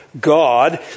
God